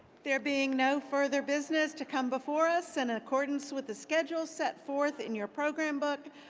there being no further business to come before us, and in accordance with the schedule set forth in your program book,